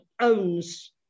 owns